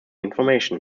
information